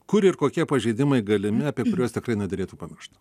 kur ir kokie pažeidimai galimi apie kuriuos tikrai nederėtų pamiršt